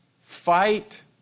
Fight